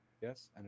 Yes